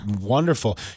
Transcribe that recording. wonderful